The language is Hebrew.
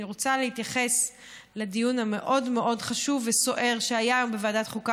אני רוצה להתייחס לדיון המאוד-מאוד חשוב וסוער שהיה היום בוועדת החוקה,